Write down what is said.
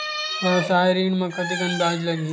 व्यवसाय ऋण म कतेकन ब्याज लगही?